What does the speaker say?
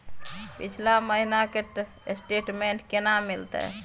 पिछला महीना के स्टेटमेंट केना मिलते?